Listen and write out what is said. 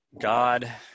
God